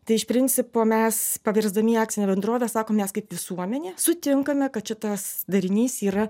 tai iš principo mes pavirsdami į akcinę bendrovę sakom mes kaip visuomenė sutinkame kad šitas darinys yra